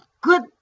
GOOD